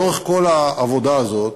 לאורך כל העבודה הזאת,